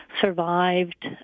survived